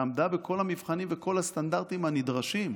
שעמדה בכל המבחנים ובכל הסטנדרטים הנדרשים.